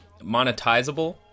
monetizable